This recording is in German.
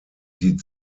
die